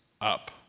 up